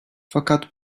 fakat